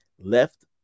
left